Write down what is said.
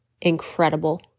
incredible